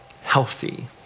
healthy